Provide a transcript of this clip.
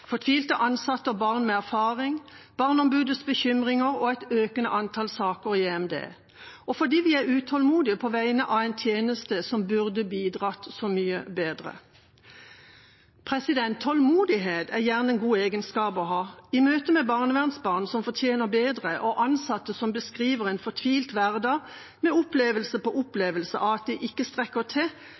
fortvilte ansatte og barn med erfaring, Barneombudets bekymringer og et økende antall saker i EMD og fordi vi er utålmodige på vegne av en tjeneste som burde bidratt så mye bedre. Tålmodighet er gjerne en god egenskap å ha. I møte med barnevernsbarn, som fortjener bedre, og ansatte som beskriver en fortvilt hverdag med opplevelse på opplevelse av at de ikke strekker til,